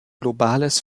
globales